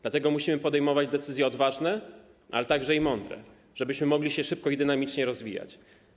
Dlatego musimy podejmować decyzje odważne, ale także mądre, żebyśmy mogli się szybko i dynamicznie rozwijać.